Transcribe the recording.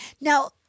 Now